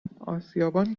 اسیابان